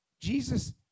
Jesus